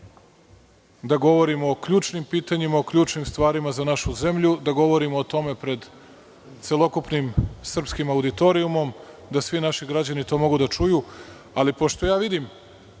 da govorimo o ključnim pitanjima, o ključnim stvarima za našu zemlju, da govorimo o tome pred celokupnim srpskim auditorijumom, da svi naši građani to mogu da čuju. Pošto vidim